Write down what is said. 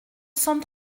cent